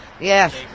Yes